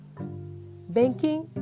banking